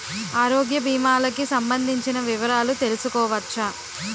ఆరోగ్య భీమాలకి సంబందించిన వివరాలు తెలుసుకోవచ్చా?